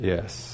Yes